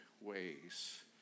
ways